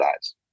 eyes